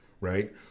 right